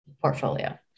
portfolio